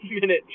minute